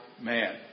man